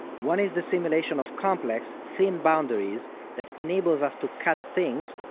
one is the simulation of complex thin boundaries that enables us to cut things,